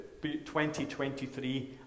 2023